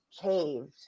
caved